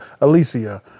Alicia